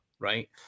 right